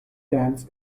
dance